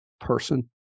person